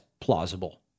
plausible